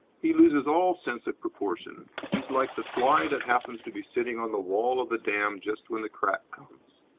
he loses all sense of proportion. he is like the fly that happens to be sitting on the wall of the dam just when the crack comes.